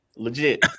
Legit